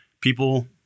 people